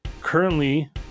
currently